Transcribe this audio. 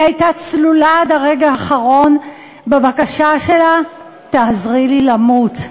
היא הייתה צלולה עד הרגע האחרון בבקשה שלה: תעזרי לי למות.